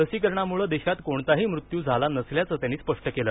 लसीकरणामुळे देशात कोणताही मृत्यू झाला नसल्याचं त्यांनी स्पष्ट केल